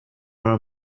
are